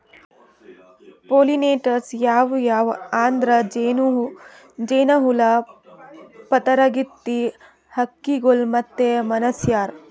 pollinators ಯಾವ್ಯಾವ್ ಅಂದ್ರ ಜೇನಹುಳ, ಪಾತರಗಿತ್ತಿ, ಹಕ್ಕಿಗೊಳ್ ಮತ್ತ್ ಮನಶ್ಯಾರ್